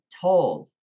told